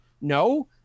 No